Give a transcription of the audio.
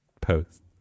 post